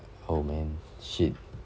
oh man shit